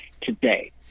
today